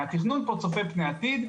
התכנון פה צופה פני עתיד,